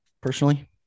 personally